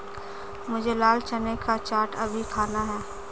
मुझे लाल चने का चाट अभी खाना है